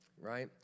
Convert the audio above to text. Right